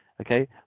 Okay